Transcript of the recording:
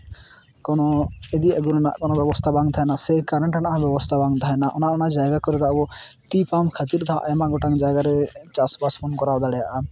ᱠᱳᱱᱳ ᱤᱫᱤ ᱟᱹᱜᱩ ᱨᱮᱱᱟᱜ ᱠᱳᱱᱳ ᱵᱮᱵᱚᱥᱛᱷᱟ ᱵᱟᱝ ᱛᱟᱦᱮᱱᱟ ᱥᱮ ᱠᱟᱨᱮᱱᱴ ᱨᱮᱱᱟᱜ ᱦᱚᱸ ᱵᱮᱵᱚᱥᱛᱟ ᱵᱟᱝ ᱛᱟᱦᱮᱱᱟ ᱚᱱᱟ ᱡᱟᱭᱜᱟ ᱠᱚᱨᱮᱫᱚ ᱟᱵᱚ ᱴᱤᱭᱩ ᱯᱟᱢᱯ ᱠᱷᱟᱹᱛᱤᱨ ᱛᱮᱦᱚᱸ ᱟᱭᱢᱟ ᱜᱚᱴᱟᱝ ᱡᱟᱭᱜᱟ ᱨᱮ ᱪᱟᱥᱵᱟᱥ ᱵᱚᱱ ᱠᱚᱨᱟᱣ ᱫᱟᱲᱮᱭᱟᱜᱼᱟ